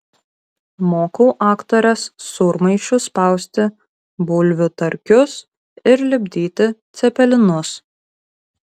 mokau aktores sūrmaišiu spausti bulvių tarkius ir lipdyti cepelinus